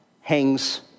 hangs